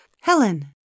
Helen